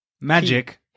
magic